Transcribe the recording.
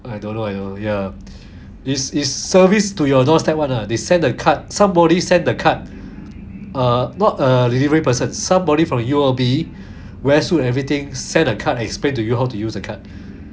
I don't know I don't know ya it's it's service to your doorstep [one] lah they sent the card somebody sent the card uh not a delivery person somebody from U_O_B wear suit everything send a card explain to you how to use a card